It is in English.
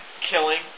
killing